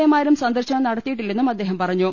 A മാരും സന്ദർശനം നടത്തിയില്ലെന്നും അദ്ദേഹം പറഞ്ഞു